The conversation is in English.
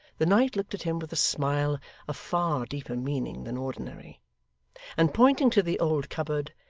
the knight looked at him with a smile of far deeper meaning than ordinary and pointing to the old cupboard,